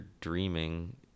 dreaming